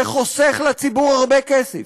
זה חוסך לציבור הרבה כסף.